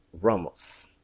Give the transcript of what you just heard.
Ramos